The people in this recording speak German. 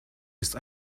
ist